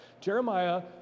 Jeremiah